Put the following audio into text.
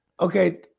Okay